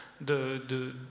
de